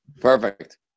Perfect